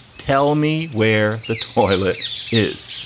tell me where the toilet is.